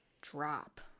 drop